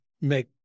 make